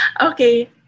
Okay